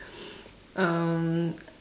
um